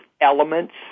elements